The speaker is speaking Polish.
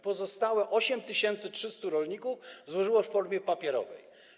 Pozostałych 8300 rolników złożyło je w formie papierowej.